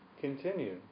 continue